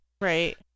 Right